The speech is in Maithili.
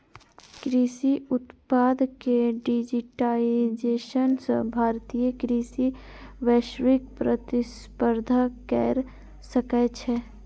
कृषि उत्पाद के डिजिटाइजेशन सं भारतीय कृषि वैश्विक प्रतिस्पर्धा कैर सकै छै